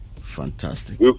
Fantastic